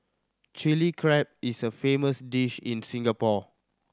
Chilli Crab is a famous dish in Singapore